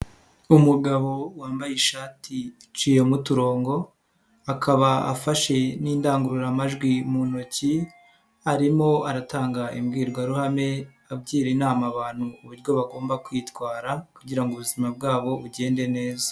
Umugabo wambaye ishati iciyemo uturongo, akaba afashe n'indangururamajwi mu ntoki, arimo aratanga imbwirwaruhame, agira inama abantu uburyo bagomba kwitwara kugira ngo ubuzima bwabo bugende neza.